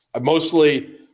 Mostly